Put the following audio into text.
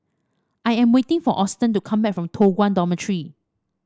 I am waiting for Austen to come back from Toh Guan Dormitory